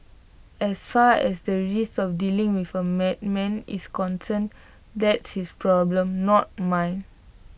as far as the risk of dealing with A madman is concerned that's his problem not mine